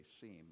seem